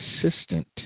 consistent